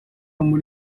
muri